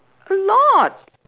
a lot